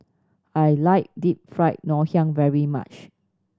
I like Deep Fried Ngoh Hiang very much